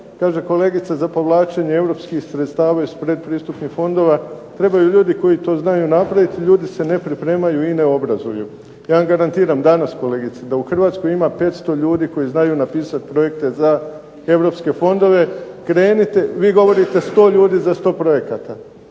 kaže kolegica za povlačenje sredstava iz pretpristupnih fondova trebaju ljudi koji to znaju napraviti. Ljudi se ne pripremaju i ne obrazuju. Ja garantiram danas kolegice da u Hrvatskoj ima 500 ljudi koji znaju napisati projekte za europske fondove. Krenite, vi govorite 100 ljudi za 100 projekata.